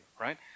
right